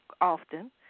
often